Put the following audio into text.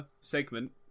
segment